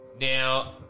now